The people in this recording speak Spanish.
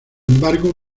embargo